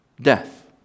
Death